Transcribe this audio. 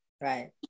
Right